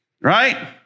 right